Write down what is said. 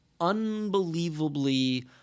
unbelievably